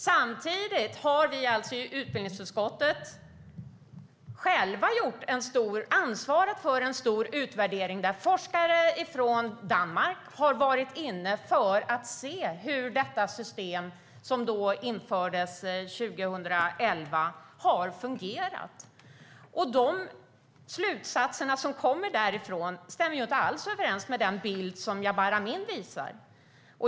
Samtidigt har vi i utbildningsutskottet själva ansvarat för en stor utvärdering där forskare från Danmark har varit inne för att se hur detta system, som infördes 2011, har fungerat. De slutsatser som kommer därifrån stämmer inte alls med den bild som Jabar Amin ger.